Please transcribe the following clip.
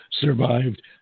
survived